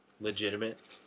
legitimate